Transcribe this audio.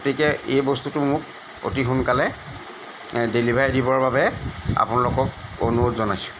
গতিকে এই বস্তুটো মোক অতি সোনকালে ডেলিভাৰী দিবৰ বাবে আপোনালোকক অনুৰোধ জনাইছোঁ